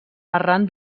arran